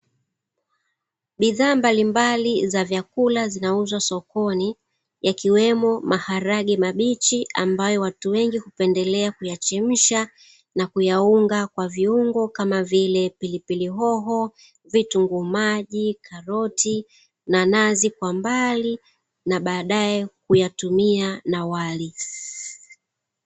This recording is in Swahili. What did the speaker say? Bidhaa mbalimbali za vyakula zinauzwa sokoni yakiwemo maharage mabichi, ambayo watu wengi hupendelea kuyachemsha na kuyaunga kwa viungo kama vile pilipilihoho, vitunguu maji, karoti na nazi kwa mbali na baadae kuyatumia na wali.